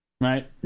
right